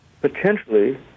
potentially